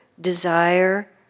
desire